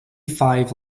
five